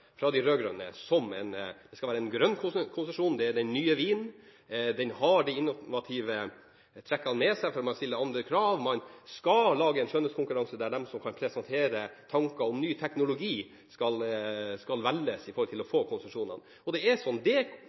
fra de rød-grønne som om det skal være en grønn konsesjon, det er den nye vinen, den har de innovative trekkene med seg, for man stiller andre krav. Man skal lage en skjønnhetskonkurranse med tanke på å få konsesjoner, der de som kan presentere tanker om ny teknologi, skal velges. Den historien kombinert med at man samtidig nå skal